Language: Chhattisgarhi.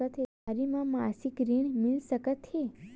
देवारी म मासिक ऋण मिल सकत हे?